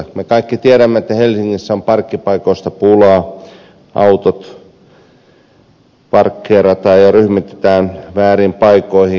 me kaikki tiedämme että helsingissä on parkkipaikoista pulaa autot parkkeerataan vääriin paikkoihin jnp